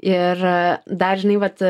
ir dar žinai vat